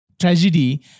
tragedy